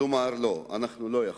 כלומר, לא, אנחנו לא יכולים,